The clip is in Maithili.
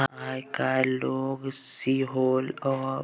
आइ काल्हि लोक साइलो आ